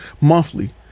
monthly